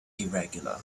irregular